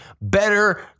better